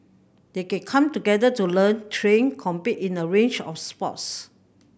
they can come together to learn train compete in a range of sports